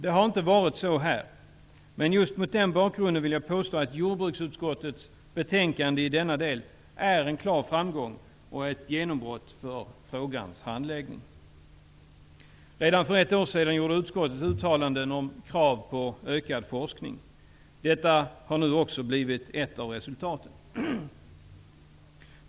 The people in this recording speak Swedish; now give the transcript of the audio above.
Det har inte varit så i det här fallet, men just mot den bakgrunden vill jag påstå att jordbruksutskottets betänkande i denna del är en klar framgång och ett genombrott för frågans handläggning. Redan för ett år sedan gjorde utskottet uttalanden om krav på ökad forskning. Detta har nu också blivit ett av resultaten.